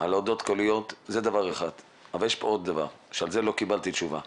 על הודעות קוליות זה דבר אחד אבל יש עוד דבר שעליו לא קיבלתי תשובה.